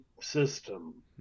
system